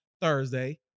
Thursday